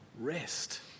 rest